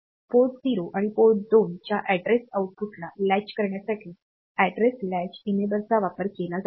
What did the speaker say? port 0 आणि port 2 च्या address आउटपुटला लॅच करण्यासाठी अॅड्रेस लॅच एनेबलचा वापर केला जातो